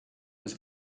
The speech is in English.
was